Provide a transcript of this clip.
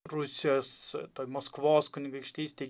rusijos toj maskvos kunigaikštystėj